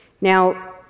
Now